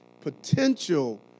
potential